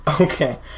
Okay